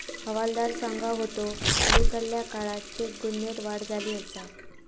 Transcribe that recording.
हवालदार सांगा होतो, अलीकडल्या काळात चेक गुन्ह्यांत वाढ झाली आसा